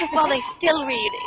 well, they still read.